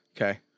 Okay